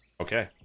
Okay